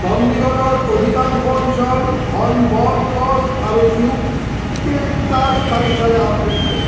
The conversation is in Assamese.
চণ্ডীগড়ৰৰ অধিকাংশ অঞ্চল ঘন বট গছ আৰু ইউকেলিপ্টাছ বাগিচাৰে আবৃত্ত